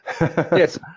Yes